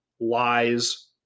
lies